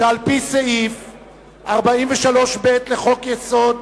שעל-פי סעיף 43(א) לחוק-יסוד: